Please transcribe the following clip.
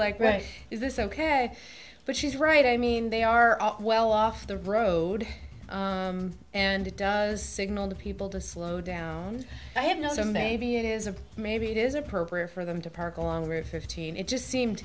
like right is this ok but she's right i mean they are well off the road and it does signal to people to slow down and i have no maybe it is a maybe it is appropriate for them to park along with fifteen it just seemed